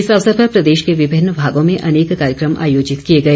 इस अवसर पर प्रदेश के विभिन्न भागों में अनेक कार्यक्रम आयोजित किए गए